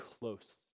close